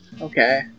Okay